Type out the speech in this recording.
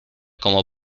como